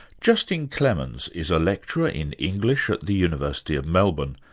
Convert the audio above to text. justin clemens is a lecturer in english at the university of melbourne.